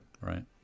Right